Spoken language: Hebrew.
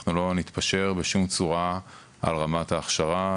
אנחנו לא נתפשר בשום צורה על רמת ההכשרה.